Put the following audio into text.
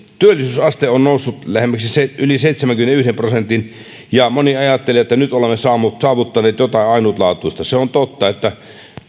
työllisyysaste on noussut yli seitsemänkymmenenyhden prosentin ja moni ajattelee että nyt olemme saavuttaneet jotain ainutlaatuista se on totta että